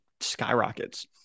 skyrockets